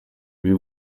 mais